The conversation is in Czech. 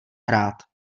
hrát